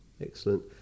excellent